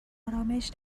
آرامش